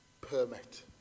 Permit